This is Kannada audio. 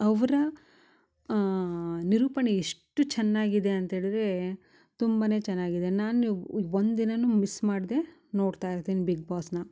ಅವರ ನಿರೂಪಣೆ ಎಷ್ಟು ಚೆನ್ನಾಗಿದೆ ಅಂತೇಳಿರೇ ತುಂಬನೆ ಚೆನ್ನಾಗಿದೆ ನಾನು ಒಂದು ದಿನನು ಮಿಸ್ ಮಾಡದೆ ನೋಡ್ತಾ ಇರ್ತೀನಿ ಬಿಗ್ ಬಾಸ್ನ